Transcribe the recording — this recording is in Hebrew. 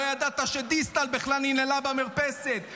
לא ידעת שדיסטל בכלל ננעלה במרפסת,